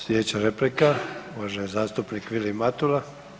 Slijedeća replika, uvaženi zastupnik Vilim Matula.